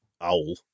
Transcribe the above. owl